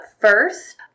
first